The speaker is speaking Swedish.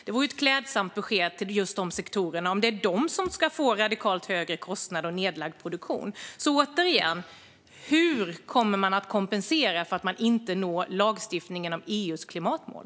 Det vore ett klädsamt besked till just de sektorerna om det är de som ska få radikalt högre kostnader och nedlagd produktion. Jag frågar återigen: Hur kommer man att kompensera för att man inte når EU:s klimatmål?